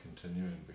continuing